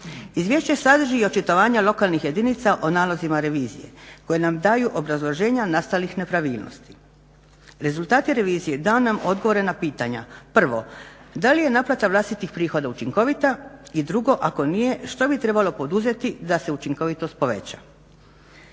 Izvješće sadrži i očitovanja lokalnih jedinica o nalazima revizije koja nam daju obrazloženja nastalih nepravilnosti. Rezultati revizije daju nam odgovore na pitanja. Prvo, da li je naplata vlastitih prihoda učinkovita. I drugo, ako nije što bi trebalo poduzeti da se učinkovitost poveća.